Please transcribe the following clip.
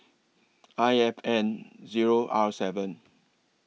I F N Zero R seven